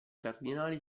cardinali